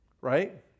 Right